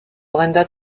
brenda